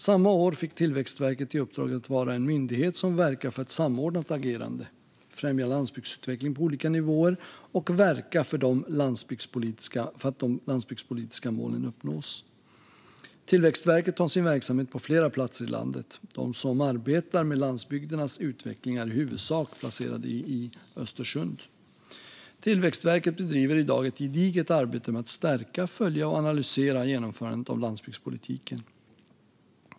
Samma år fick Tillväxtverket i uppdrag att vara en myndighet som verkar för ett samordnat agerande, främjar landsbygdsutveckling på olika nivåer och verkar för att de landsbygdspolitiska målen uppnås. Tillväxtverket har sin verksamhet på flera platser i landet. De som arbetar med landsbygdernas utveckling är i huvudsak placerade i Östersund. Tillväxtverket bedriver i dag ett gediget arbete med att stärka, följa och analysera genomförandet av landsbygdspolitiken.